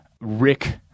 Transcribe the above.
Rick